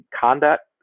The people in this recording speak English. conduct